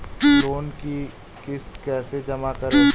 Loan की किश्त कैसे जमा करें?